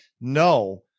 No